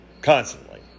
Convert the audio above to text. constantly